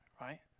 right